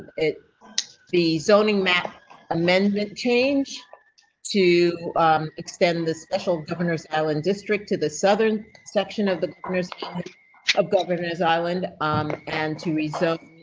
the zoning map amendment change to extend the special governor's ellen district to the southern section of the corners of governors island um and to result